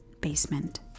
basement